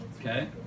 Okay